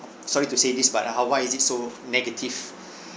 sorry to say this but uh how why is it so negative